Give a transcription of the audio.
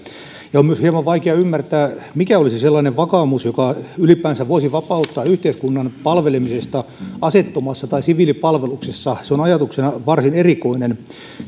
on myös hieman vaikea ymmärtää mikä olisi sellainen vakaumus joka ylipäänsä voisi vapauttaa yhteiskunnan palvelemisesta aseettomassa tai siviilipalveluksessa se on ajatuksena varsin erikoinen